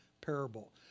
parable